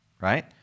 right